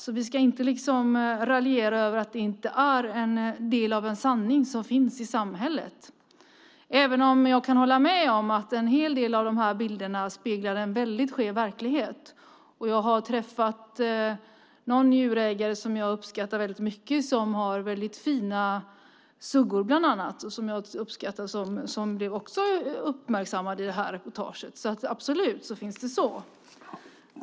Så vi ska inte raljera över att det inte är en del av en sanning som finns i samhället, även om jag kan hålla med om att en hel del av dessa bilder speglar en skev verklighet. Jag har träffat en djurägare som jag uppskattar mycket och som har mycket fina suggor bland annat. Denna djurägare blev också uppmärksammad i detta reportage. Så visst är det så.